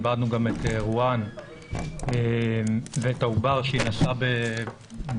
איבדנו גם את רואן ואת העובר שהיא נשאה בבטנה,